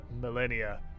millennia